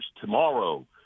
tomorrow